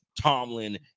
Tomlin